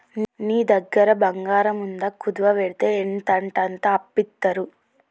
నీ దగ్గర బంగారముందా, కుదువవెడ్తే ఎంతంటంత అప్పిత్తరు